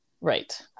right